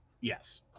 yes